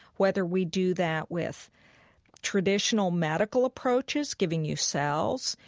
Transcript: whether we do that with traditional medical approaches, giving you cells,